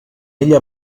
ella